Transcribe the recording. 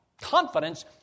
Confidence